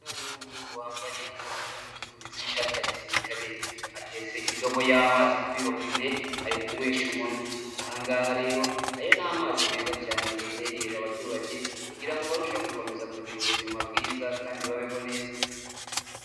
Umwana w'umuhungu wambaye ikabutura y'umutuku ndetse n'ishati ya gisirikare. Ateze indobo y'amazi kuri robine, ari kunywesha umunwa. Aha ngaha rero ayo ni amazi meza cyane Leta yegereje abaturage kugira ngo barusheho gukomeza kugira ubuzima bwiza kandi babeho neza.